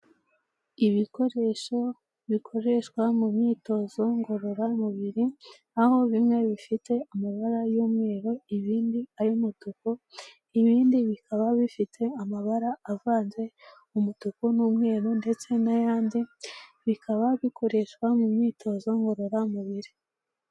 Ibikoresho bikoreshwa mu myitozo ngororamubiri, aho bimwe bifite amabara y'umweru, ibindi ay'umutuku, ibindi bikaba bifite amabara avanze umutuku n'umweru ndetse n'ayandi, bikaba bikoreshwa mu myitozo ngororamubiri.